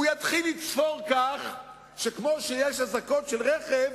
הוא יתחיל לצפור כמו שיש אזעקות של רכב,